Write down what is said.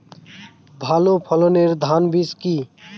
ভালো ফলনের ধান বীজ কি?